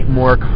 more